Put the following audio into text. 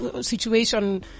situation